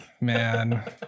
Man